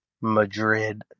Madrid